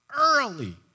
Early